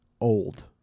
old